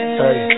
hey